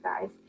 guys